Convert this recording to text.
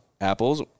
apples